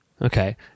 okay